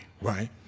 right